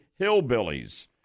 hillbillies